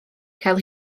cael